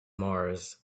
mars